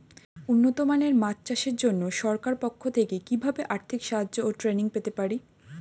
উন্নত মানের মাছ চাষের জন্য সরকার পক্ষ থেকে কিভাবে আর্থিক সাহায্য ও ট্রেনিং পেতে পারি?